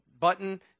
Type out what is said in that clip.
button-